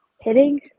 hitting